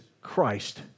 Christ